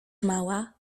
mała